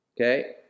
Okay